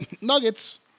Nuggets